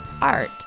art